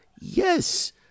yes